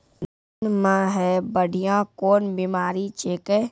धान म है बुढ़िया कोन बिमारी छेकै?